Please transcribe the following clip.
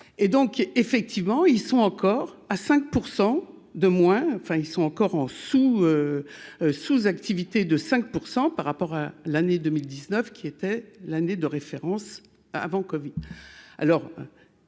et donc, effectivement, ils sont encore à 5 % de moins, enfin ils sont encore en sous, sous-activité de 5 % par rapport à l'année 2019 qui était l'année de référence avant-Covid